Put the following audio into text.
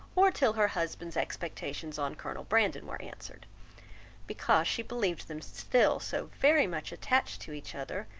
or till her husband's expectations on colonel brandon were answered because she believed them still so very much attached to each other,